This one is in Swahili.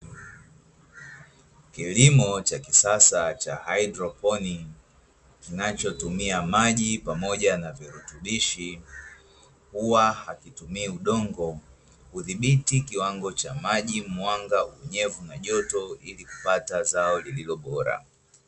Kilimo cha kisasa cha haidroponi, kinachotumia maji pamoja na virutubishi, huwa hakitumii udongo. Hudhibiti kiwango cha maji, mwanga , unyevu na joto ili kupata zao lililo bora.